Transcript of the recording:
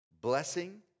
Blessing